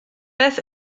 beth